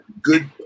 good